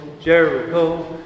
Jericho